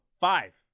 five